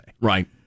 Right